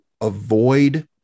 avoid